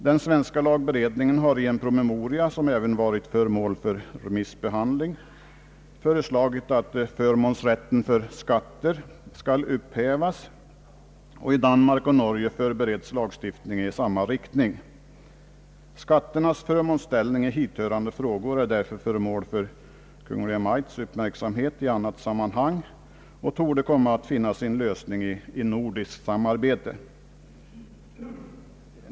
Den svenska lagberedningen har i en promemoria, som även varit föremål för remissbehandling föreslagit att förmånsrätten för skatter skall upphävas, och i Danmark och Norge förbereds lagstiftning i samma riktning. Skatternas förmånsställning i hithörande frågor är därför föremål för Kungl. Maj:ts uppmärksamhet i annat sammanhang och torde komma att finna sin lösning i nordiskt samarbete.